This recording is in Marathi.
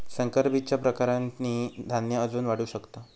संकर बीजच्या प्रकारांनी धान्य अजून वाढू शकता